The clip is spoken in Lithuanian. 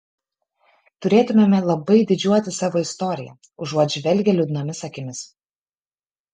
turėtumėme labai didžiuotis savo istorija užuot žvelgę liūdnomis akimis